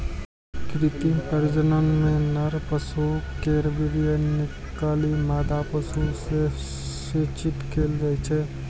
कृत्रिम प्रजनन मे नर पशु केर वीर्य निकालि मादा पशु मे सेचित कैल जाइ छै